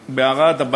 ערד.